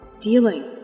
dealing